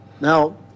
Now